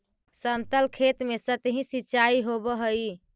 समतल खेत में सतही सिंचाई होवऽ हइ